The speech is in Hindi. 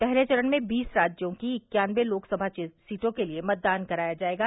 पहले चरण में बीस राज्यों की इक्यानवे लोकसभा सीटों के लिए मतदान कराया जाएगा